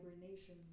hibernation